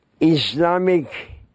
Islamic